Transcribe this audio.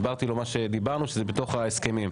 הסברתי לו מה שדיברנו, שזה בתוך ההסכמים.